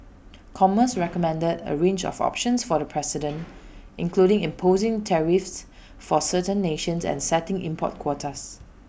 commerce recommended A range of options for the president including imposing tariffs for certain nations and setting import quotas